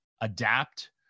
adapt